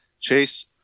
Chase